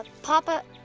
papa?